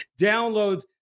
Download